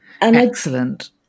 Excellent